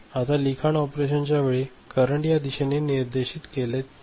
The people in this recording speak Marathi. आता लिखाण ऑपरेशनच्या वेळी करंट या दिशेने निर्देशित केला जाईल